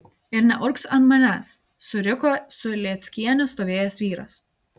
ir neurgzk ant manęs suriko su lėckiene stovėjęs vyras